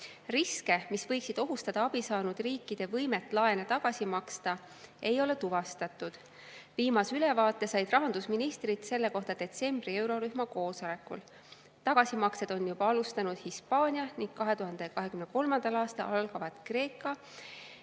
Riske, mis võiksid ohustada abi saanud riikide võimet laene tagasi maksta, ei ole tuvastatud. Viimase ülevaate said rahandusministrid selle kohta detsembri eurorühma koosolekul. Tagasimakseid on juba alustanud Hispaania ning 2023. aastal algavad Kreeka